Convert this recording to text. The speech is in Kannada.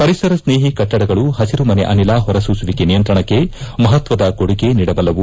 ಪರಿಸರ ಸ್ನೇಹಿ ಕಟ್ಟಡಗಳು ಹಸಿರು ಮನೆ ಅನಿಲ ಹೊರಸೂಸುವಿಕೆ ನಿಯಂತ್ರಣಕ್ಕೆ ಮಹತ್ವದ ಕೊಡುಗೆ ನೀಡಬಲ್ಲವು